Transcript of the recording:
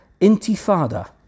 Intifada